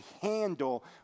handle